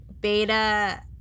Beta